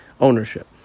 ownership